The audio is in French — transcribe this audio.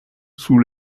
sous